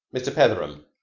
mr. petheram.